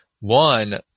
one